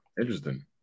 Interesting